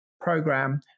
program